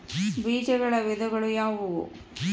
ಬೇಜಗಳ ವಿಧಗಳು ಯಾವುವು?